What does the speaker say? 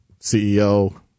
CEO